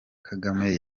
kagame